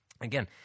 again